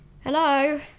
Hello